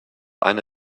eine